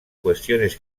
cuestiones